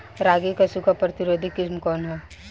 रागी क सूखा प्रतिरोधी किस्म कौन ह?